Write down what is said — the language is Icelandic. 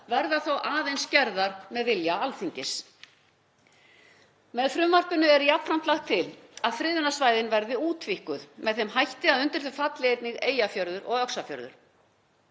verða aðeins gerðar með vilja Alþingis. Með frumvarpinu er jafnframt lagt til að friðunarsvæðin verði útvíkkuð með þeim hætti að undir þau falli einnig Eyjafjörður og Öxarfjörður.